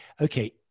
okay